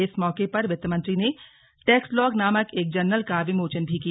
इस मौके पर वित्त मंत्री ने टैक्सलॉग नामक एक जर्नल का विमोचन भी किया